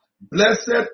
Blessed